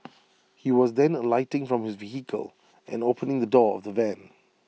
he was then see alighting from his vehicle and opening the door of the van